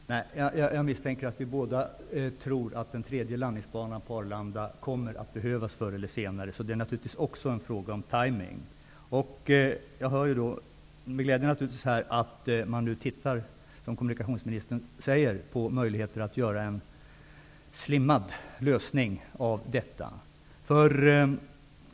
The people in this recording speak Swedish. Herr talman! Jag misstänker att vi båda tror att den tredje landningsbanan på Arlanda kommer att behövas förr eller senare. Det är naturligtvis också en fråga om timing. Jag hör nu med glädje att man, som kommunikationsministern säger, ser på möjligheter att åstadkomma en slimmad lösning.